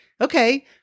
Okay